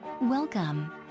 welcome